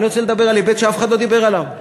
אני רוצה לדבר על היבט שאף אחד לא דיבר עליו.